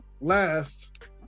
last